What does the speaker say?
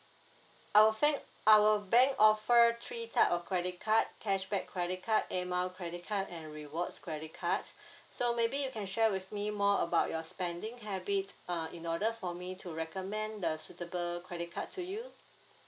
our fang~ our bank offer three type of credit card cashback credit card air mile credit card and rewards credit cards so maybe you can share with me more about your spending habits uh in order for me to recommend the suitable credit card to you